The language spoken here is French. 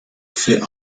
fait